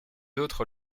autres